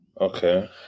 Okay